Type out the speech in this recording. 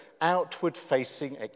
outward-facing